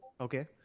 Okay